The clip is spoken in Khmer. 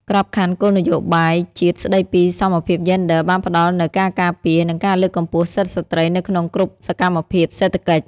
ក្របខ័ណ្ឌគោលនយោបាយជាតិស្ដីពីសមភាពយេនឌ័រ បានផ្ដល់នូវការការពារ និងការលើកកម្ពស់សិទ្ធិស្ត្រីនៅក្នុងគ្រប់សកម្មភាពសេដ្ឋកិច្ច។